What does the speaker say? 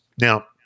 Now